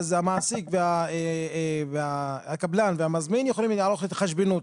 אז המעסיק והקבלן והמזמין יכולים לערוך התחשבנות.